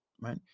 right